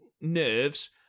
nerves